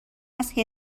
است